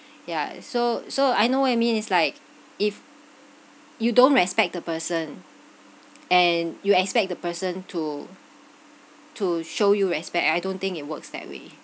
ya so so I know what you mean it's like if you don't respect the person and you expect the person to to show you respect and I don't think it works that way